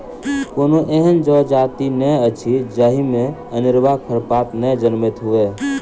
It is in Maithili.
कोनो एहन जजाति नै अछि जाहि मे अनेरूआ खरपात नै जनमैत हुए